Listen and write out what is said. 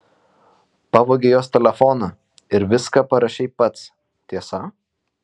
pavogei jos telefoną ir viską parašei pats tiesa